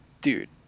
dude